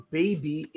baby